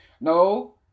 No